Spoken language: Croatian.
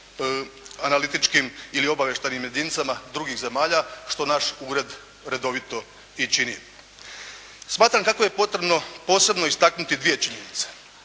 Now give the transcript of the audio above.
financijsko-analitičkim ili obavještajnim jedinicama drugih zemalja što naš ured redovito i čini. Smatram kako je potrebno posebno istaknuti dvije činjenice.